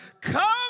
come